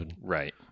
Right